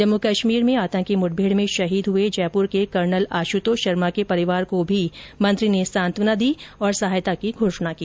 जम्मूकश्मीर में आतंकी मुठभेड़ में शहीद हुए जयपुर के कर्नल आशुतोष शर्मा के परिवार को भी मंत्री ने सांत्वना दी और सहायता की घोषणा की